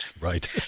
Right